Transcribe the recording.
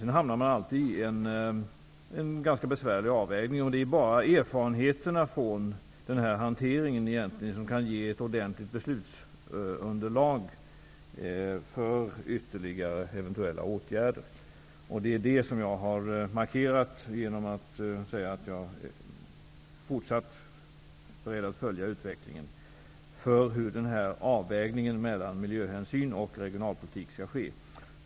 Man hamnar i en ganska besvärlig avvägning. Det är bara erfarenhetena från denna hantering som kan ge ett ordentligt beslutsunderlag för eventuella ytterligare åtgärder. Detta har jag markerat genom att säga att jag fortsatt är beredd att följa utvecklingen för att se hur denna avvägning mellan miljöhänsyn och regionalpolitik skall ske.